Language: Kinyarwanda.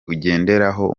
ugenderaho